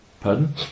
Pardon